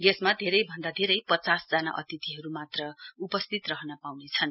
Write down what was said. यसमा धेरै भन्दा धेरै पचासजना अतिथिहरु मात्र उपस्थित रहन पाउनेछन्